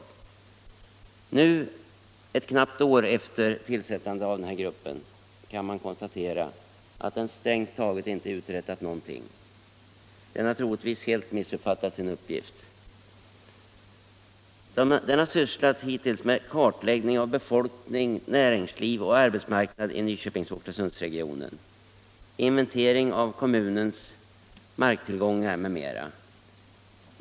I dag, ett knappt år efter tillsättandet av arbetsgruppen, kan man emellertid konstatera att denna strängt taget inte uträttat någonting. Den har troligtvis helt missuppfattat sin uppgift. Den har hittills sysslat med kartläggning av befolkning, näringsliv och arbetsmarknad i Nyköping Oxelösundsregionen, inventering av kommunens marktillgångar m.m.